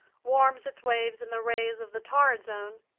warms its waves in the rays of the torrid zone,